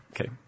Okay